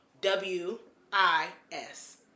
W-I-S